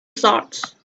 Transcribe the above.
south